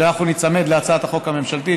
אנחנו ניצמד להצעת החוק הממשלתית,